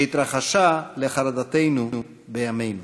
שהתרחשה, לחרדתנו, בימינו.